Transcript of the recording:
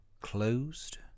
closed